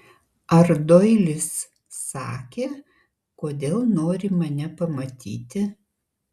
ar doilis sakė kodėl nori mane pamatyti